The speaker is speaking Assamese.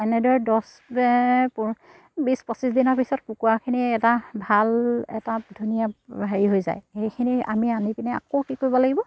এনেদৰে দহ বিছ পঁচিছ দিনৰ পিছত কুকুৰাখিনি এটা ভাল এটা ধুনীয়া হেৰি হৈ যায় সেইখিনি আমি আনি পিনে আকৌ কি কৰিব লাগিব